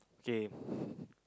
okay